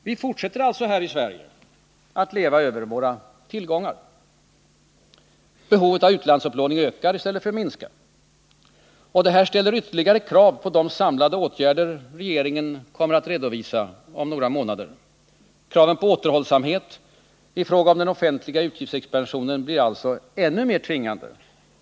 Vi fortsätter alltså att leva över våra tillgångar. Behovet av utlandsupplåning ökar i stället för att minska. Detta ställer ytterligare krav på de samlade åtgärder regeringen kommer att redovisa om några månader. Kraven på återhållsamhet i fråga om den offentliga utgiftsexpansionen blir än mer tvingande.